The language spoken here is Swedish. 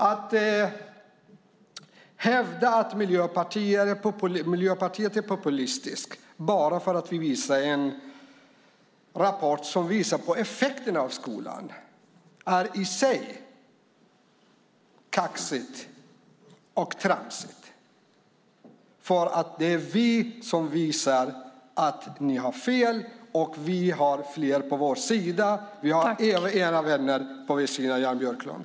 Att hävda att Miljöpartiet är populistiskt bara för att vi hänvisar till en rapport som visar effekterna på skolan är i sig kaxigt och tramsigt. Vi visar att ni har fel, och vi har fler på vår sida. Vi har även era vänner på vår sida, Jan Björklund.